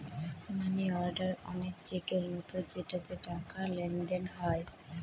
মানি order অনেক চেকের মতো যেটাতে টাকার লেনদেন হয়